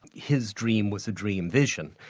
his dream was a dream vision.